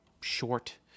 short